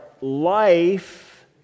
life